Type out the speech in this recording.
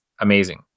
amazing